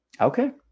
Okay